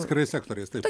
atskirais sektoriais taip